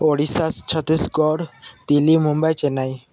Odisha Chhattisgarh Delhi Mumbai Chennai